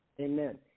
Amen